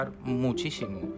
muchísimo